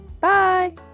bye